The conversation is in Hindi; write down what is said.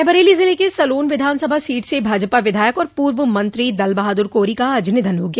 रायबरेली जिले के सलोन विधानसभा सीट से भाजपा विधायक और पूर्व मंत्री दल बहादुर कोरी का आज निधन हो गया